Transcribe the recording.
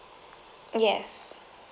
yes